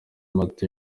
mata